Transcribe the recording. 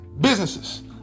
businesses